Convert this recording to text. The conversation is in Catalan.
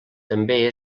també